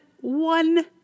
one